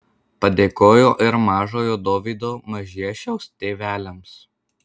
padėkojo ir mažojo dovydo maižiešiaus tėveliams